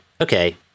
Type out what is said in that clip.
okay